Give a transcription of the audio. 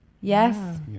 Yes